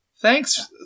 Thanks